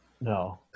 No